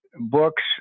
books